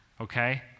okay